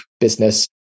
business